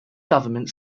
government